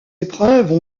épreuves